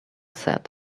said